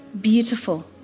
beautiful